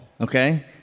okay